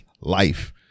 life